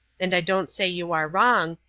and i don't say you are wrong,